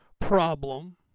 problem